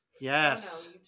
Yes